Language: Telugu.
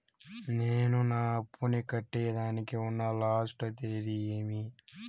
నేను నా అప్పుని కట్టేదానికి ఉన్న లాస్ట్ తేది ఏమి?